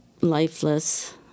lifeless